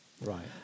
Right